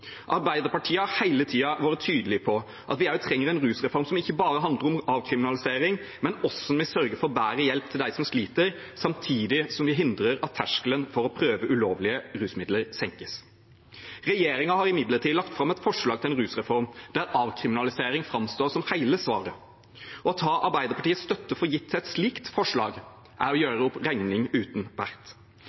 Arbeiderpartiet har hele tiden vært tydelig på at vi trenger en rusreform som ikke bare handler om avkriminalisering, men om hvordan vi sørger for bedre hjelp til dem som sliter, samtidig som vi hindrer at terskelen for å prøve ulovlige rusmidler senkes. Regjeringen har imidlertid lagt fram et forslag til en rusreform der avkriminalisering framstår som hele svaret. Å ta Arbeiderpartiets støtte til et slikt forslag for gitt er å gjøre regning uten vert,